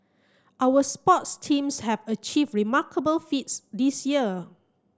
our sports teams have achieved remarkable feats this year